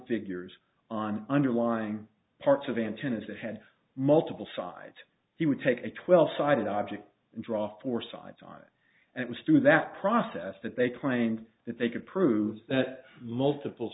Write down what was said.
figures on underlying parts of antennas that had multiple sides he would take a twelve sided object and draw four sides on it and it was through that process that they claimed that they could prove that multiple